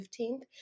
15th